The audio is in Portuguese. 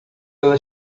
ela